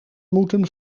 moeten